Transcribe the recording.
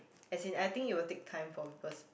as in I think it will take time for people's